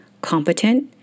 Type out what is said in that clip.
competent